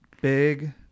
Big